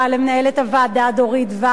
למנהלת הוועדה דורית ואג,